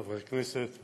חברי חברי הכנסת,